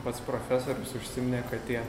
pats profesorius užsiminė kad tie